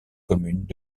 communes